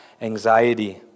anxiety